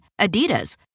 Adidas